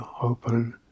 open